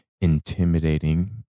intimidating